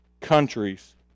countries